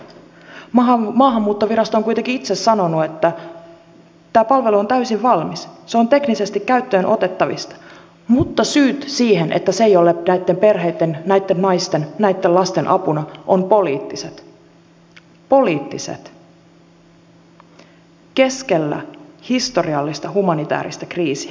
maahanmuuttovirasto on kuitenkin itse sanonut että tämä palvelu on täysin valmis se on teknisesti käyttöön otettavissa mutta syyt siihen että se ei ole näitten perheitten näitten naisten näitten lasten apuna ovat poliittiset poliittiset keskellä historiallista humanitääristä kriisiä